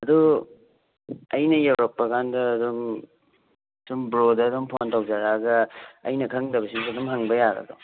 ꯑꯗꯨ ꯑꯩꯅ ꯌꯧꯔꯛꯄ ꯀꯥꯟꯗ ꯑꯗꯨꯝ ꯁꯨꯝ ꯕ꯭ꯔꯣꯗ ꯑꯗꯨꯝ ꯐꯣꯟ ꯇꯧꯖꯔꯛꯑꯒ ꯑꯩꯅ ꯈꯪꯗꯕꯁꯤꯡꯗꯣ ꯑꯗꯨꯝ ꯍꯪꯕ ꯌꯥꯒꯗ꯭ꯔꯣ